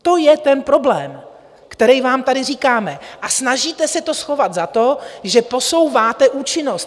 To je ten problém, který vám tady říkáme, a snažíte se to schovat za to, že posouváte účinnost.